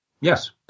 Yes